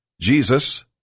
Jesus